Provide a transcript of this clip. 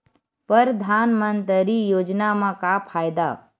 परधानमंतरी योजना म का फायदा?